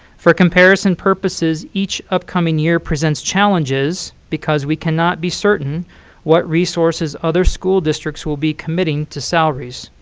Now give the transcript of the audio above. for comparison purposes, each upcoming year presents challenges because we cannot be certain what resources other school districts will be committing to salaries.